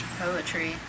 poetry